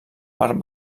part